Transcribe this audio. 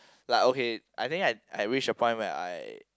like okay I think I I reached a point where I